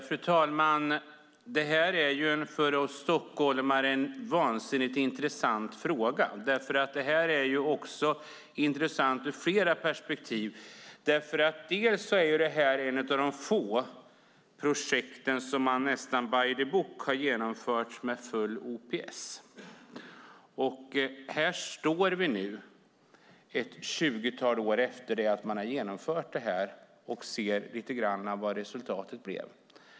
Fru talman! Det här är en väldigt intressant fråga för oss stockholmare. Den är intressant ur flera perspektiv. Detta är ett av de få projekt som man nästan by the book har genomfört med full OPS. Nu står vi här ett 20-tal år efter att det genomfördes och ser vad resultatet blev.